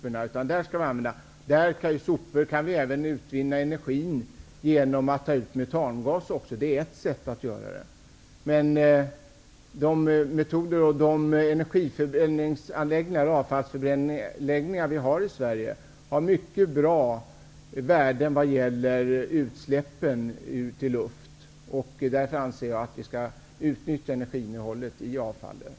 Ett sätt att utvinna energi ur sopor är att ta ut metangas ur dem. De avfallsförbränningsanläggningar som vi har i Sverige har mycket bra värden vad gäller utsläppen i luften. Därför anser jag att vi också skall utnyttja det energiinnehåll som finns i avfallet.